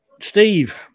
Steve